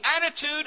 attitude